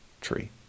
tree